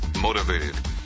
motivated